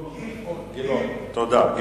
תודה.